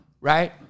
right